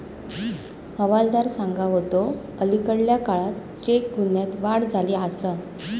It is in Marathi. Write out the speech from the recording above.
हवालदार सांगा होतो, अलीकडल्या काळात चेक गुन्ह्यांत वाढ झाली आसा